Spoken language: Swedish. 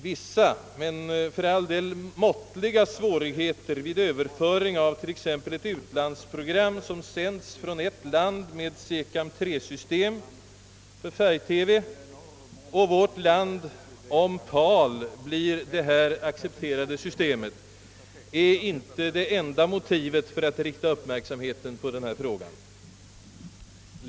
Vissa men för all del måttliga svårigheter vid överföring av ett program som sänds från ett land med SECAM-3-system till vårt land, om PAL blir det här accepterade systemet, är inte det enda motivet för att rikta uppmärksamheten på denna fråga.